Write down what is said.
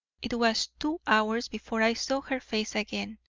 it was two hours before i saw her face again.